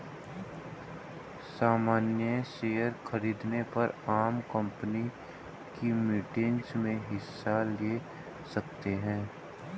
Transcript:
सामन्य शेयर खरीदने पर आप कम्पनी की मीटिंग्स में हिस्सा ले सकते हैं